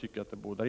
Det bådar illa för pensionärerna.